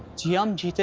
jia! um jia!